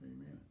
Amen